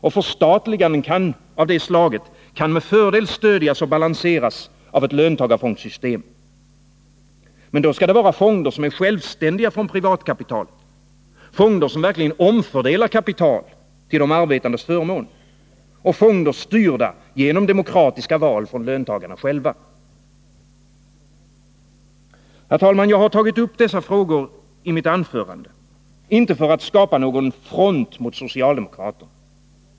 Och förstatliganden av det slaget kan med fördel stödjas och balanseras av ett löntagarfondssystem. Men då skall det vara fonder som är självständiga från privatkapitalet, fonder som verkligen omfördelar kapital till de arbetandes förmån och fonder styrda genom demokratiska val från löntagarna själva. Herr talman! Jag har tagit upp dessa frågor i mitt anförande inte för att skapa någon front mot socialdemokraterna.